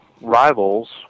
rivals